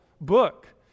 book